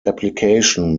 application